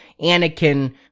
Anakin